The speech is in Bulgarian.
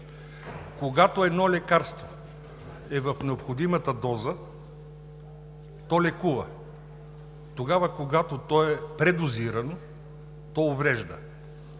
Когато едно лекарство е в необходимата доза, то лекува, тогава когато е предозирано, то уврежда.